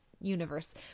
universe